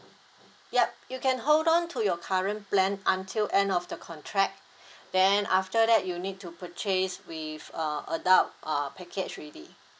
yup you can hold on to your current plan until end of the contract then after that you need to purchase with a adult uh package already